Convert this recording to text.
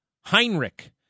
Heinrich